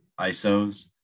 ISOs